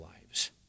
lives